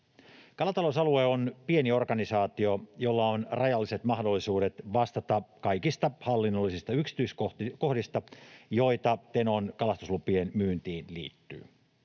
Kalatalousalue on pieni organisaatio, jolla on rajalliset mahdollisuudet vastata kaikista hallinnollisista yksityiskohdista, joita Tenon kalastuslupien myyntiin liittyy.